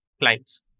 Clients